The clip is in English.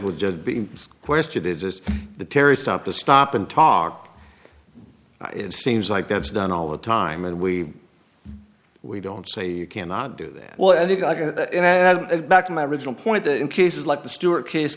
would just be in question is this the terry stop to stop and talk it seems like that's done all the time and we we don't say you cannot do that well i think i get back to my original point that in cases like the stewart case